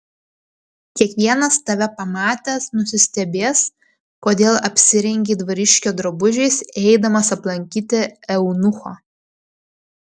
kiekvienas tave pamatęs nusistebės kodėl apsirengei dvariškio drabužiais eidamas aplankyti eunucho